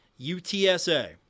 UTSA